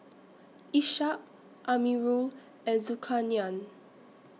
Ishak Amirul and Zulkarnain